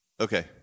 Okay